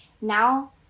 now